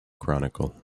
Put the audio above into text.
chronicle